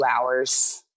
hours